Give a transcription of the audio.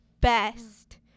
best